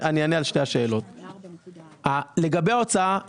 לגבי ההוצאה,